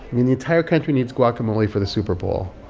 the the entire country needs guacamole for the super bowl.